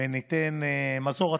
וניתן מזור.